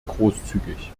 großzügig